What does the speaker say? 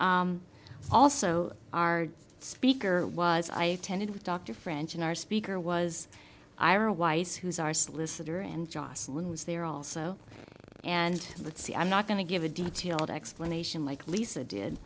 also our speaker was i tended with dr french and our speaker was ira weiss who's our solicitor and jocelyn was there also and let's see i'm not going to give a detailed explanation like lisa did